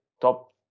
top